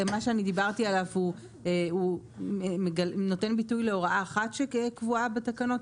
מה שאני דיברתי עליו הוא נותן ביטוי להוראה אחת שקבועה בתקנות,